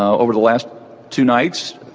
ah over the last two nights